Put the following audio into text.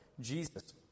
Jesus